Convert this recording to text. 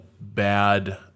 bad